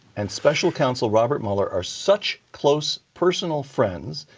and special counsel robert mueller, are such close personal friends,